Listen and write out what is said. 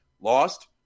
lost